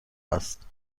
است